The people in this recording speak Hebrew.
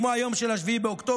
כמו היום של 7 באוקטובר,